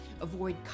avoid